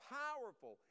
powerful